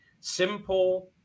simple